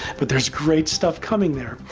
but there's great stuff coming there,